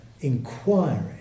inquiry